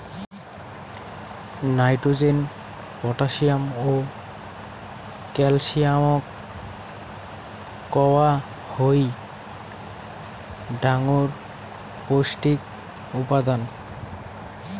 nitrogen, potassium ও ক্যালসিয়ামক কওয়া হই ডাঙর পৌষ্টিক উপাদান